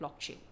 blockchain